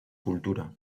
cultura